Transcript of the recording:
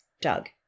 Doug